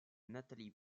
nathalie